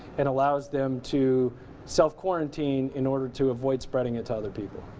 it allows them to self quarantine in order to avoid spreading it to other people.